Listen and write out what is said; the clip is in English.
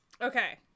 okay